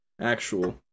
actual